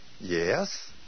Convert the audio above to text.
Yes